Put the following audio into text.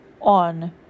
on